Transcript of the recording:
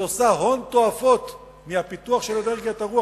היא עושה הון תועפות מהפיתוח של אנרגיית הרוח.